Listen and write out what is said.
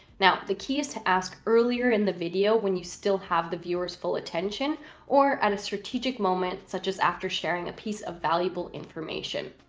now, the key is to ask earlier in the video when you still have the viewers full attention or at a strategic moment, such as after sharing a piece of valuable information.